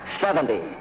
Seventy